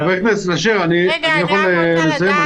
אשר, אני יכול לסיים?